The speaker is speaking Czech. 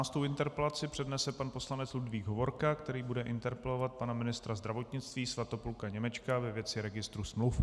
Osmnáctou interpelaci přednese pan poslanec Ludvík Hovorka, který bude interpelovat pana ministra zdravotnictví Svatopluka Němečka ve věci registru smluv.